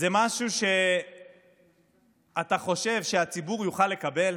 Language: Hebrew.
זה משהו שאתה חושב שהציבור יוכל לקבל?